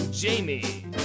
Jamie